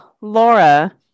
laura